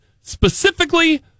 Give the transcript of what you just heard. specifically